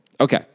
Okay